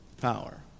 power